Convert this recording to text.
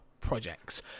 projects